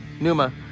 Numa